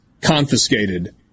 confiscated